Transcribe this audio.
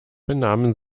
benahmen